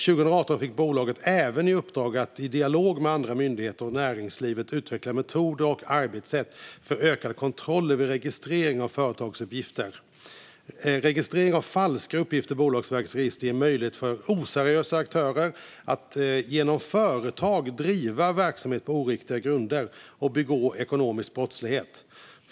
År 2018 fick Bolagsverket även i uppdrag att i dialog med andra myndigheter och näringslivet utveckla metoder och arbetssätt för ökade kontroller vid registrering av företagsuppgifter. Registrering av falska uppgifter i Bolagsverkets register ger möjlighet för oseriösa aktörer att genom företag driva verksamhet på oriktiga grunder och begå ekonomisk brottslighet.